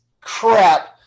crap